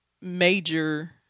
major